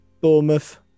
Bournemouth